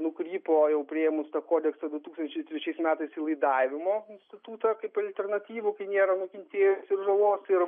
nukrypo jau priėmus tą kodeksą du tūkstančiai trečiais metais į laidavimo institutą kaip alternatyvų kai nėra nukentėjusių ir žalos ir